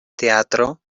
teatro